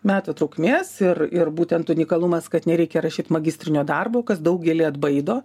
metų trukmės ir ir būtent unikalumas kad nereikia rašyt magistrinio darbo kas daugelį atbaido